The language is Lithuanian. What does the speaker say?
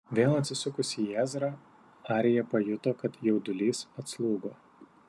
vėl atsisukusi į ezrą arija pajuto kad jaudulys atslūgo